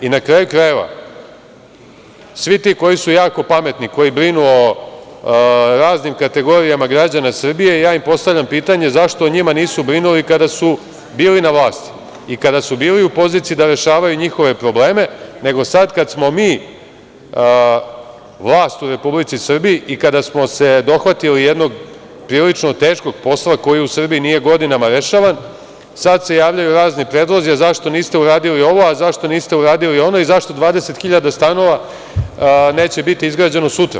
Na kraju krajeva, svi ti koji su jako pametni, koji brinu o raznim kategorijama građana Srbije, ja im postavljam pitanje, zašto o njima nisu brinuli kada su bili na vlasti i kada su bili u poziciji da rešavaju njihove probleme, nego sad kad smo mi vlast u Republici Srbiji i kada smo se dohvatili jednog prilično teškog posla koji u Srbiji nije godinama rešavan, sad se javljaju razni predlozi – a zašto niste uradili ovo, a zašto niste uradili ono i zašto 20 hiljada stanova neće biti izgrađeno sutra?